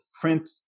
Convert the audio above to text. print